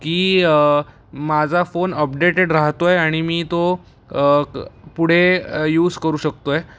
की माझा phone updated राहत आहे आणि मी तो पुढे यूज करू शकत आहे